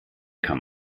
kam